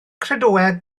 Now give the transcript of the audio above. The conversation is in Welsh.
credoau